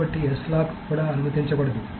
కాబట్టి S lock కూడా అనుమతించబడదు